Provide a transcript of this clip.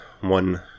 one